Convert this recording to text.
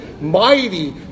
mighty